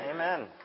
Amen